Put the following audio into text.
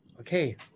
Okay